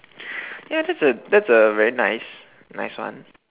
ya that's a that's a very nice nice one